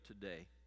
today